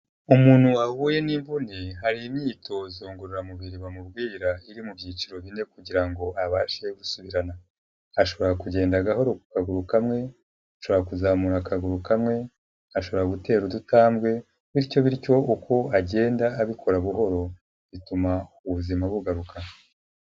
Umuntu wahuye n'imvune ye hari imyitozo ngororamubiri bamubwira iri mu byiciro bine kugira ngo abashe gusubirana, ashobora kugenda gahoro, ku kaguru kamwe, ashobora kuzamura akaguru kamwe, ashobora gutera udutambwe bityo bityo uko agenda abikora buhoro bituma ubuzima bugaruka.